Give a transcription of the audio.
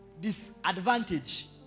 disadvantage